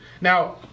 Now